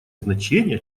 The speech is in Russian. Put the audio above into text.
значение